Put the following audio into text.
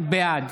בעד